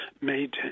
made